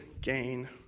gain